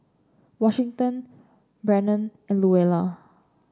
Washington Brennon and Luella